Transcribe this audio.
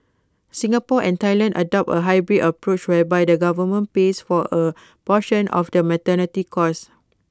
Singapore and Thailand adopt A hybrid approach whereby the government pays for A portion of the maternity costs